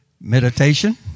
Meditation